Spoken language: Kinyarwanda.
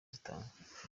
zitanga